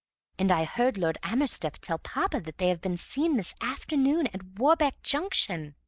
and i heard lord amersteth tell papa that they had been seen this afternoon at warbeck junction!